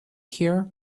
here